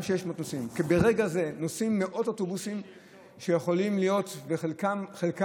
וברגע זה נוסעים מאות אוטובוסים שיכולים להיות חלקם